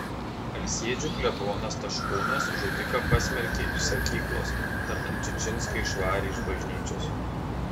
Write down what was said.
alsėdžių klebonas taškūnas žudiką pasmerkė iš sakyklos tartum čičinską išvarė iš bažnyčios